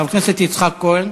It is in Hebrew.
חבר הכנסת יצחק כהן.